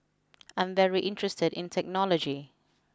I'm very interested in technology